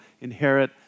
inherit